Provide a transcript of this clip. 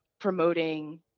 promoting